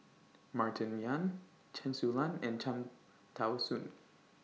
Martin Yan Chen Su Lan and Cham Tao Soon